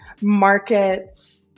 markets